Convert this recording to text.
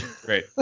great